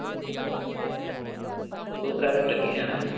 दो त्रै दिन लग्गी गै जाने